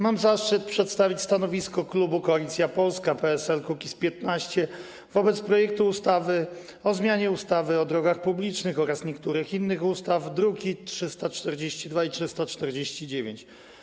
Mam zaszczyt przedstawić stanowisko klubu Koalicja Polska - PSL - Kukiz15 wobec projektu ustawy o zmianie ustawy o drogach publicznych oraz niektórych innych ustaw, druki nr 342 i 349.